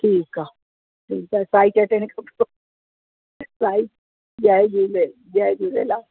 ठीकु आहे जय झूले जय झूलेलाल